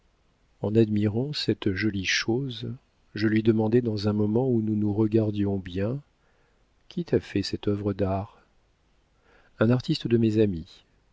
en admirant cette jolie chose je lui demandai dans un moment où nous nous regardions bien qui t'a fait cette œuvre d'art un artiste de mes amis